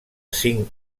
cinc